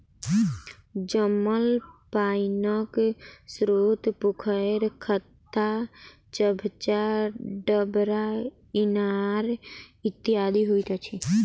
जमल पाइनक स्रोत पोखैर, खत्ता, चभच्चा, डबरा, इनार इत्यादि होइत अछि